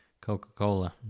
Coca-Cola